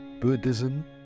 Buddhism